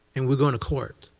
and we're going to court.